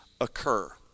occur